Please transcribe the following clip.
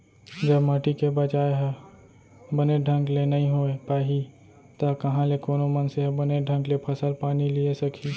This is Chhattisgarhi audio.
जब माटी के बचाय ह बने ढंग ले नइ होय पाही त कहॉं ले कोनो मनसे ह बने ढंग ले फसल पानी लिये सकही